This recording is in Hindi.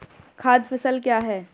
खाद्य फसल क्या है?